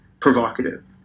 provocative